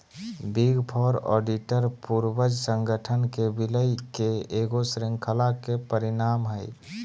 big four auditor पूर्वज संगठन के विलय के ईगो श्रृंखला के परिणाम हइ